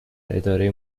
اداره